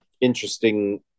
interesting